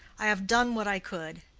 i have done what i could.